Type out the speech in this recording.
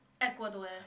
Ecuador